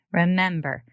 remember